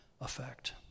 effect